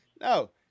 No